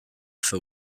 for